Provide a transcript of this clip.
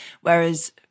whereas